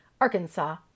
Arkansas